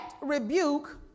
rebuke